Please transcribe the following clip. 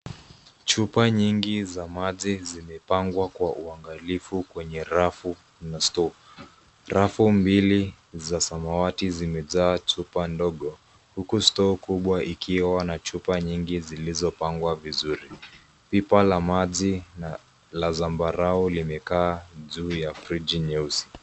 Chupa nyingi za maji zimepangwa kwa uangalifu kwenye rafu na store . Rafu mbili za samawati zimejaa chupa ndogo, huku store kubwa ikiwa na chupa nyingi zilizopangwa vizuri. Pipa la maji na la zambarau limekaa juu ya friji nyeusi.